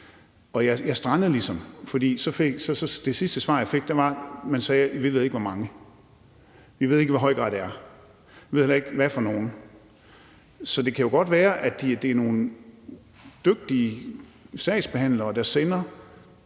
jeg strandede ligesom, for i det sidste svar, jeg fik, sagde man: Vi ved ikke, hvor mange det er. Vi ved ikke, i hvor høj grad det er. Vi ved heller ikke, hvad det er for nogen. Så det kan jo godt være, at det er nogle dygtige sagsbehandlere, der sender